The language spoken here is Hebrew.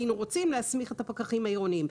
היינו רוצים להסמיך את הפקחים העירוניים.